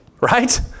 Right